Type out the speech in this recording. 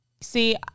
See